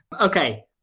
Okay